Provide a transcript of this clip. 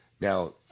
now